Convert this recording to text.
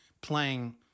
playing